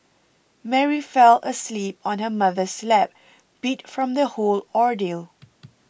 Mary fell asleep on her mother's lap beat from the whole ordeal